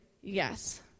yes